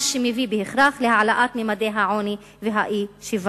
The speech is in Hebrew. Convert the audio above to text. מה שמביא בהכרח להעלאת ממדי העוני והאי-שוויון.